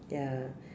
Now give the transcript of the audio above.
ya